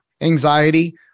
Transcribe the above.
anxiety